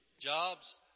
jobs